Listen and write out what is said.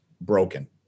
broken